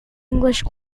english